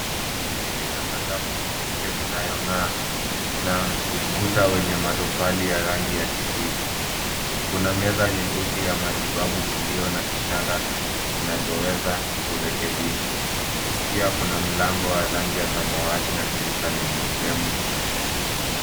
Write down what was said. Eneo hili lina sakafu nyeupe inayong'aa na ukuta wenye matofali ya rangi ya kijivu. Kuna meza nyeusi ya matibabu iliyo na kitanda kinachoweza kurekebishwa. Pia kuna mlango wa rangi ya samawati na dirisha lenye fremu ya chuma.